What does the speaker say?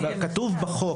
כתוב בחוק.